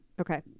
Okay